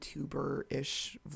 YouTuber-ish